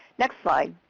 next slide.